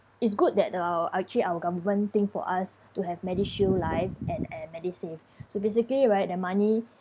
is good that the actually our government think for us to have medishield life and uh medisave so basically right the money